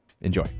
Enjoy